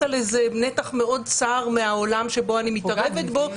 על נתח מאוד צר מהעולם שבו את מתערבת בו,